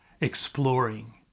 exploring